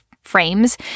frames